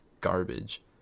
garbage